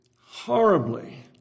horribly